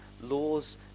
laws